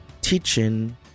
Teaching